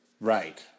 Right